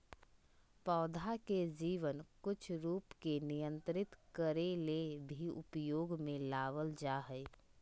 पौधा के जीवन कुछ रूप के नियंत्रित करे ले भी उपयोग में लाबल जा हइ